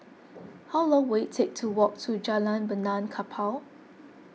how long will it take to walk to Jalan Benaan Kapal